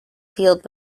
field